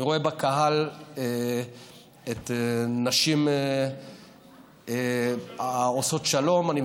אני רואה בקהל את נשים עושות שלום.